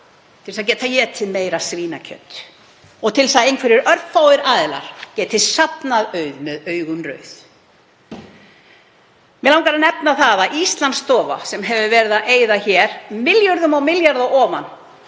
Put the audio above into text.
Til þess að geta étið meira svínakjöt og til þess að einhverjir örfáir aðilar geti safnað auð með augun rauð. Mig langar að nefna það að Íslandsstofa sem hefur verið að eyða milljörðum á milljarða ofan